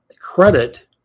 credit